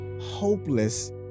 Hopeless